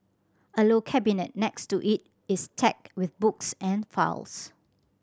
a low cabinet next to it is stacked with books and files